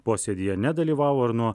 posėdyje nedalyvavo ir nuo